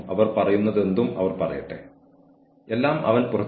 അന്ന് ജോലിക്കാരൻ ഹിന്ദിയിൽ ഖസ് ഖസ് എന്നറിയപ്പെടുന്ന പോപ്പി വിത്തുകൾ കഴിച്ചു